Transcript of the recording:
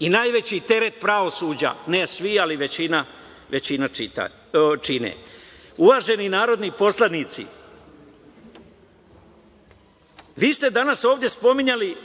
i najveći teret pravosuđa, ne svi, ali većina čine. Uvaženi narodni poslanici, vi ste danas ovde spominjali